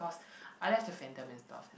cause I left the fandom